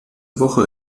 woche